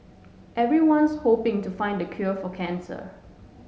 everyone's hoping to find the cure for cancer